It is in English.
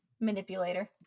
manipulator